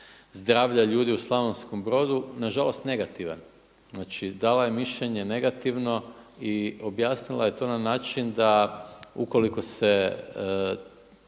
zdravlja ljudi u Slavonskom Brodu, nažalost negativan. Znači dala je mišljenje negativno i objasnila je to na način da ukoliko se